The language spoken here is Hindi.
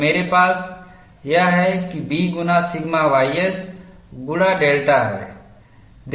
तो मेरे पास यह है कि B गुना सिग्मा ys गुणा डेल्टा है